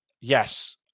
yes